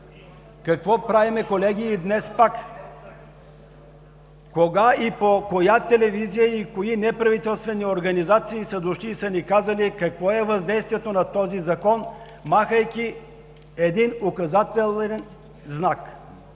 Какво правим, колеги? Кога и по коя телевизия, и кои неправителствени организации са дошли и са ни казали какво е въздействието на този Закон, махайки един указателен знак,